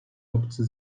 obcy